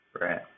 Right